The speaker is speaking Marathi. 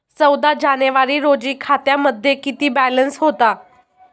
चौदा जानेवारी रोजी खात्यामध्ये किती बॅलन्स होता?